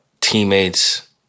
teammates